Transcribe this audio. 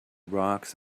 rocks